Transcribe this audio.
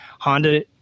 Honda